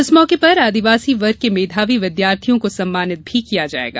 इस मौके पर आदिवासी वर्ग के मेधावी विद्यार्थियों को सम्मानित भी किया जायेगा